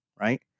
right